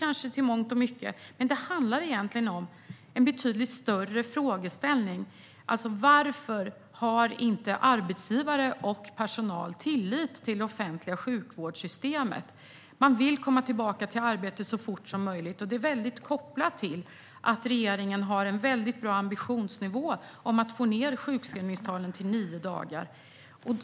Egentligen handlar det om en betydligt större frågeställning, nämligen: Varför har inte arbetsgivare och personal tillit till det offentliga sjukvårdssystemet? Man vill komma tillbaka till arbete så fort som möjligt, och det är kopplat till att regeringen har en bra ambition om att få ned sjukskrivningstalen till nio dagar.